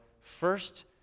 first